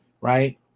Right